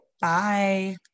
Bye